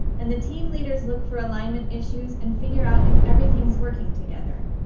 and the team leaders look for alignment issues and figure out if everything's working together.